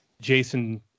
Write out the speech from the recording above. Jason